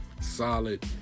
solid